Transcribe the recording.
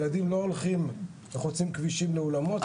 ילדים לא הולכים וחוצים כבישים לאולמות,